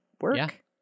work